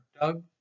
Doug